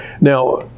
Now